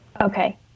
Okay